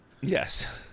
yes